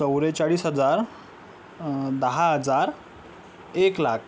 चव्वेचाळीस हजार दहा हजार एक लाख